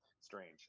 strange